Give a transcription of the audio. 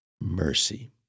Mercy